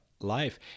life